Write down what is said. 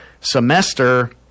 semester